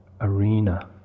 arena